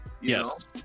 Yes